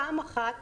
פעם אחת,